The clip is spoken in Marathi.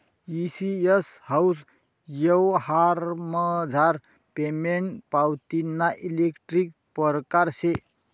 ई सी.एस हाऊ यवहारमझार पेमेंट पावतीना इलेक्ट्रानिक परकार शे